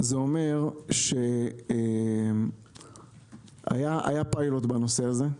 זה אומר שהיה פיילוט בנושא הזה,